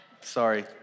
sorry